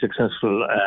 successful